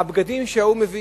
הבגדים שהוא מביא,